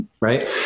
Right